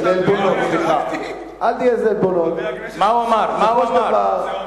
למה אתה אומר את זה?